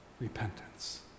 repentance